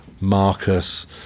Marcus